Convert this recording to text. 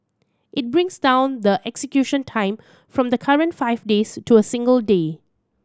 it brings down the execution time from the current five days to a single day